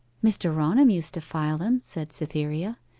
mr. raunham used to file them said cytherea.